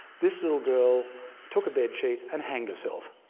this little girl took a bed sheet and hanged herself.